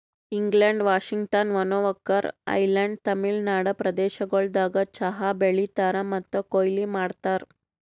England, Washington, Vancouver island, Tamil Nadu ಪ್ರದೇಶಗೊಳ್ದಾಗ್ ಚಹಾ ಬೆಳೀತಾರ್ ಮತ್ತ ಕೊಯ್ಲಿ ಮಾಡ್ತಾರ್